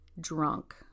drunk